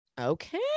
Okay